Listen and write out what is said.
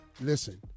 Listen